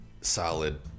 solid